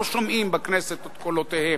לא שומעים בכנסת את קולותיהם.